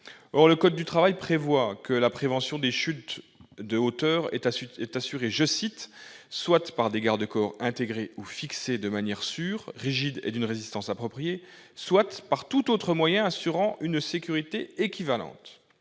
Or le code du travail prévoit que la prévention des chutes de hauteur est assurée soit « par des garde-corps intégrés ou fixés de manière sûre, rigides et d'une résistance appropriée », soit « par tout autre moyen assurant une sécurité équivalente.